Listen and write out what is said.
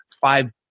five